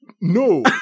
No